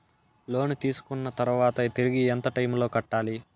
లోను తీసుకున్న తర్వాత తిరిగి ఎంత టైములో కట్టాలి